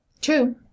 True